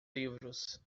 livros